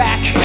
Back